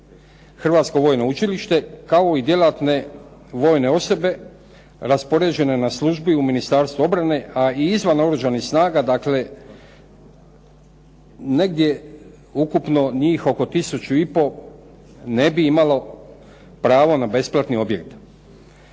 Hrvatsko vojno učilište, kao i djelatne vojne osobe raspoređene na službi u Ministarstvu obrane, a i izvan Oružanih snaga. Dakle negdje ukupno njih oko 1500 ne bi imalo pravo na besplatni objed.